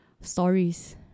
stories